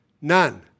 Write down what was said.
None